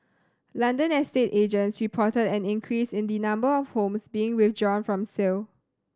London estate agents reported an increase in the number of homes being withdrawn from sale